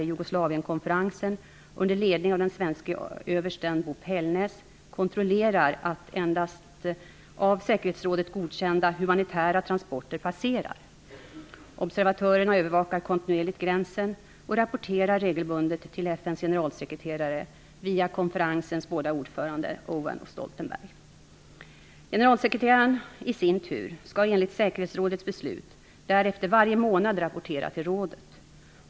Jugoslavienkonferensen under ledning av den svenske översten Bo Pellnäs, kontrollerar att endast av säkerhetsrådet godkända humanitära transporter passerar. Observatörerna övervakar kontinuerligt gränsen och rapporterar regelbundet till FN:s generalsekreterare via konferensens båda ordförande Generalsekreteraren i sin tur skall enligt säkerhetsrådets beslut därefter varje månad rapportera till rådet.